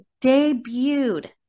debuted